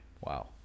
Wow